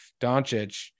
Doncic